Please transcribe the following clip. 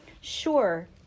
sure